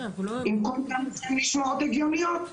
והן גם נשמעות הגיוניות.